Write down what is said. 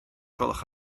gwelwch